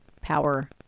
power